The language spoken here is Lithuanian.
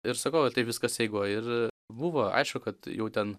ir sakau va taip viskas eigoj ir buvo aišku kad jau ten